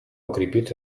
укрепит